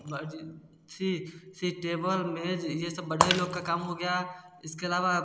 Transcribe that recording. बजथी सी टेबल मेज ये सब बढ़ई लोगों का काम हो गया इसके अलावा